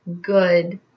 good